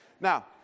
Now